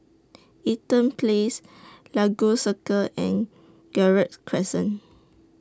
Eaton Place Lagos Circle and Gerald Crescent